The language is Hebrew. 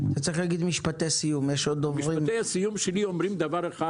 משפטי הסיום שלי אומרים דבר אחד